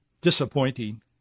disappointing